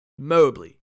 Mobley